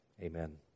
amen